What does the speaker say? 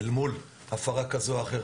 אל מול הפרה כזו או אחרת.